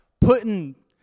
putting